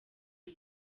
ubu